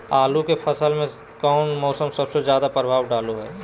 आलू के फसल में कौन मौसम सबसे ज्यादा प्रभाव डालो हय?